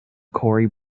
corey